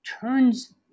turns